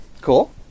Cool